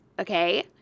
okay